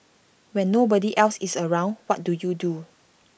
when nobody else is around what do you do